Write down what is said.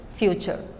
future